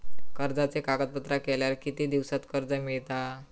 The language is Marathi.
कर्जाचे कागदपत्र केल्यावर किती दिवसात कर्ज मिळता?